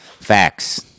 Facts